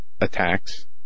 attacks